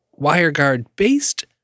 WireGuard-based